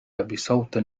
بصوت